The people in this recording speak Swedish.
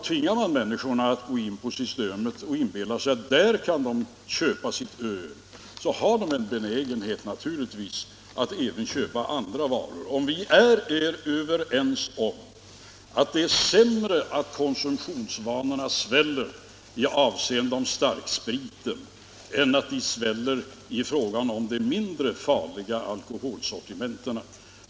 Tvingar man människorna till systemet för att köpa sitt öl, riskerar man att de blir benägna att köpa även andra varor. Vi är överens om att det är sämre att konsumtionsvanorna sväller när det gäller starkspriten än att de sväller i fråga om den mindre farliga delen av alkoholsortimentet.